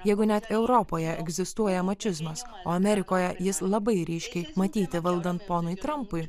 jeigu net europoje egzistuoja mačizmas o amerikoje jis labai ryškiai matyti valdant ponui trumpui